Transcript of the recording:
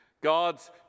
God's